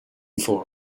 for